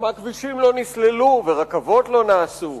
כמה כבישים לא נסללו וכמה רכבות לא נעשו?